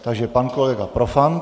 Takže pak kolega Profant.